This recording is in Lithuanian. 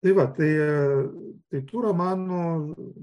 tai va tai tai tų romanų